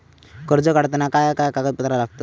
कर्ज काढताना काय काय कागदपत्रा लागतत?